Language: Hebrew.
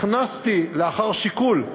הכנסתי, לאחר שיקול,